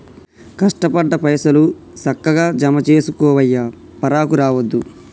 కష్టపడ్డ పైసలు, సక్కగ జమజేసుకోవయ్యా, పరాకు రావద్దు